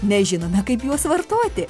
nežinome kaip juos vartoti